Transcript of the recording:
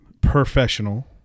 professional